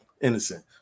Innocent